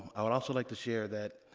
i would also like to share that